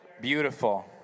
beautiful